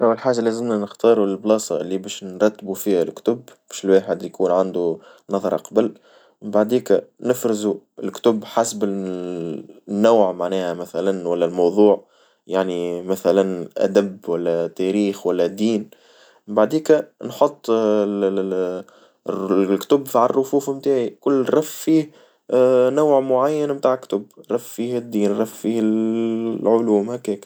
أول حاجة لازمنا نختارو البلاصة اللي باش نرتبو فيها الكتب، باش الواحد يكون عندو نظرة قبل بعديكا نفرزو الكتب حسب النوع معناها مثلُا والا الموضوع يعني مثلًا أدب والا تاريخ والا دين، بعديكا نحط ال- الكتب عالرفوف نتاعي كل رف فيه نوع معين متاع كتب رف في الدين رف فيه العلوم هكاك.